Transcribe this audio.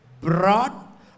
brought